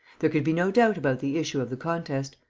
there could be no doubt about the issue of the contest.